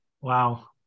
Wow